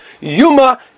Yuma